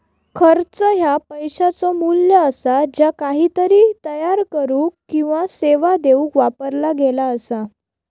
खर्च ह्या पैशाचो मू्ल्य असा ज्या काहीतरी तयार करुक किंवा सेवा देऊक वापरला गेला असा